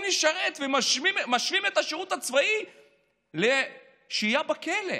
לשרת ומשווים את השירות הצבאי לשהייה בכלא.